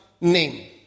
name